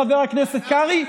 חבר הכנסת קרעי,